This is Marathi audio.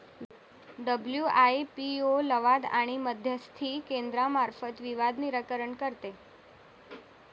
डब्ल्यू.आय.पी.ओ लवाद आणि मध्यस्थी केंद्रामार्फत विवाद निराकरण करते